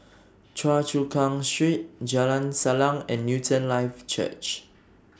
Choa Chu Kang Street Jalan Salang and Newton Life Church